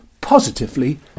positively